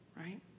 right